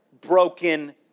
broken